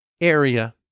area